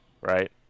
Right